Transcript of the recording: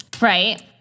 Right